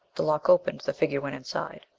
the lock opened. the figure went inside.